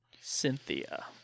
Cynthia